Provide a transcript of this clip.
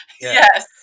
Yes